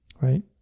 right